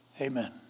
Amen